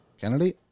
Kennedy